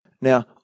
Now